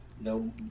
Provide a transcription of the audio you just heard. no